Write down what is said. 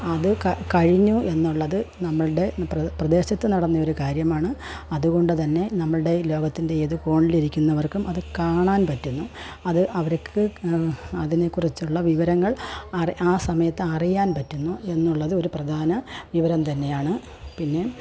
അത് ക കഴിഞ്ഞു എന്നുള്ളത് നമ്മളുടെ പ്രെ പ്രദേശത്ത് നടന്ന ഒരു കാര്യമാണ് അതുകൊണ്ടുതന്നെ നമ്മളുടെ ലോകത്തിൻ്റെ ഏത് കോണിലിരിക്കുന്നവർക്കും അത് കാണാൻ പറ്റുന്നു അത് അവര്ക്ക് അതിനെക്കുറിച്ചുള്ള വിവരങ്ങൾ അറി ആ സമയത്ത് അറിയാൻ പറ്റുന്നു എന്നുള്ളത് ഒരു പ്രധാന വിവരം തന്നെയാണ് പിന്നെ